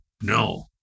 no